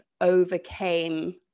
overcame